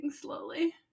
slowly